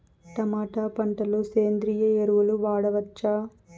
Tomato పంట లో సేంద్రియ ఎరువులు వాడవచ్చా?